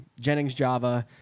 Jenningsjava